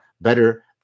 better